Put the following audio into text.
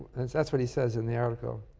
that's what he says in the article.